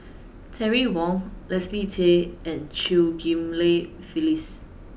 Terry Wong Leslie Tay and Chew Ghim Lian Phyllis